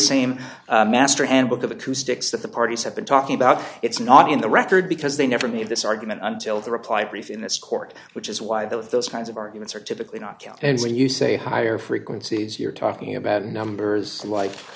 same master handbook of acoustics that the parties have been talking about it's not in the record because they never made this argument until the reply brief in this court which is why those kinds of arguments are typically not counted and when you say higher frequencies you're talking about numbers li